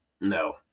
no